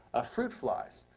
ah fruit flies,